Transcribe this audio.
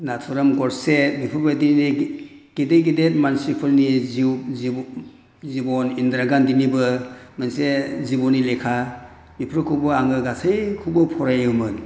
नाथुराम गडसे बेफोरबायदि गिदिर गिदिर मानसिफोरनि जिउ जिबन इन्दिरा गान्धीनिबो मोनसे जिबननि लेखा बेफोरखौबो आङो गासैखौबो फरायोमोन